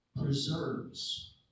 preserves